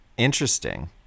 Interesting